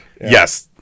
Yes